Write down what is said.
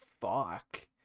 fuck